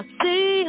see